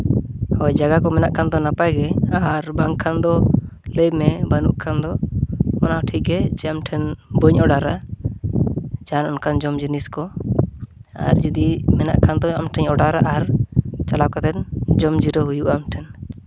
ᱦᱳᱭ ᱡᱟᱭᱜᱟ ᱠᱚ ᱢᱮᱱᱟᱜ ᱠᱷᱟᱱ ᱫᱚ ᱱᱟᱯᱟᱭᱜᱮ ᱟᱨ ᱵᱟᱝᱠᱷᱟᱱ ᱞᱟᱹᱭ ᱢᱮ ᱵᱟᱹᱱᱩᱜ ᱠᱷᱟᱱ ᱫᱚ ᱚᱱᱟ ᱦᱚᱸ ᱴᱷᱤᱠ ᱜᱮ ᱡᱮ ᱟᱢ ᱴᱷᱮᱱ ᱵᱟᱹᱧ ᱚᱰᱟᱨᱟ ᱡᱟᱦᱟᱱ ᱚᱱᱠᱟᱱ ᱡᱚᱢ ᱡᱤᱱᱤᱥ ᱠᱚ ᱟᱨ ᱡᱩᱫᱤ ᱢᱮᱱᱟᱜ ᱠᱷᱟᱱ ᱫᱚ ᱟᱢ ᱴᱷᱮᱱᱤᱧ ᱚᱰᱟᱨᱟ ᱟᱨ ᱪᱟᱞᱟᱣ ᱠᱟᱛᱮ ᱡᱚᱢ ᱡᱤᱨᱟᱹᱣ ᱦᱩᱭᱩᱜᱼᱟ ᱟᱢ ᱴᱷᱮᱱ